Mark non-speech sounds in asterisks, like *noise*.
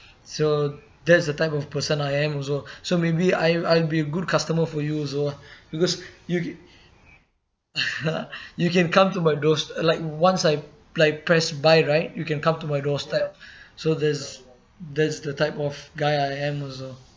*breath* so that's the type of person I am also so maybe I I'd be a good customer for you also ah because you *laughs* you can come to my doors uh like once I like press buy right you can come to my doorstep *breath* so that's that's the type of guy I am also